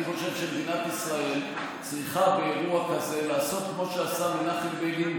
אני חושב שמדינת ישראל צריכה באירוע כזה לעשות כמו שעשה מנחם בגין,